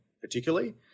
particularly